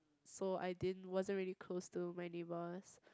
so I didn't wasn't really close to my neighbour